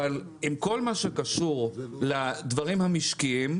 אבל עם כל מה שקשור לדברים המשקיים,